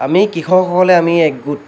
আমি কৃষকসকলে আমি একগোট